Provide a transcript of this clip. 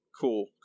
Cool